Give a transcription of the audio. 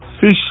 Fish